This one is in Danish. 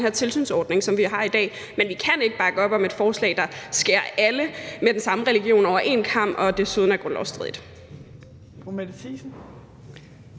den her tilsynsordning, som vi har i dag. Men vi kan ikke bakke op om et forslag, der skærer alle med den samme religion over én kam og desuden er grundlovsstridigt.